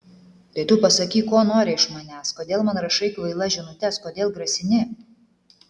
tai tu pasakyk ko nori iš manęs kodėl man rašai kvailas žinutes kodėl grasini